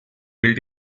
built